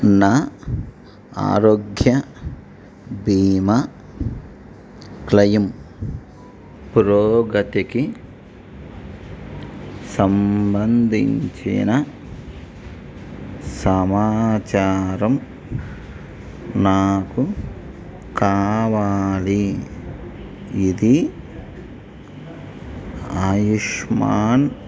నా ఆరోగ్య భీమా క్లయిమ్ పురోగతికి సంబంధించిన సమాచారం నాకు కావాలి ఇది ఆయుష్మాన్